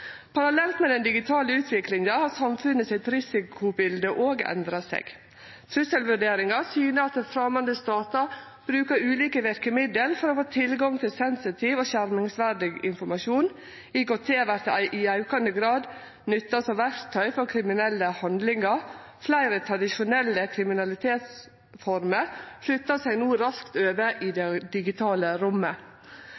Parallelt med den digitale utviklinga har risikobiletet i samfunnet òg endra seg. Trusselvurderingar syner at framande statar brukar ulike verkemiddel for å få tilgang til sensitiv og skjermingsverdig informasjon. IKT vert i aukande grad nytta som verktøy for kriminelle handlingar. Fleire tradisjonelle kriminalitetsformer flyttar seg no raskt over til det